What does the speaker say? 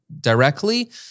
directly